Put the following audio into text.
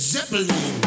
Zeppelin